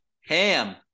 ham